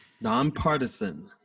Nonpartisan